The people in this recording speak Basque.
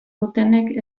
dutenek